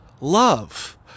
love